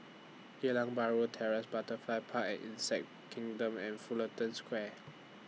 Geylang Bahru Terrace Butterfly Park and Insect Kingdom and Fullerton Square